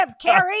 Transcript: Carrie